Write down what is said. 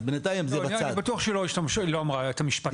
אז בינתיים -- אני בטוח שהיא לא אמרה את המשפט הזה.